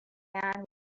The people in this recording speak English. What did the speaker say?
man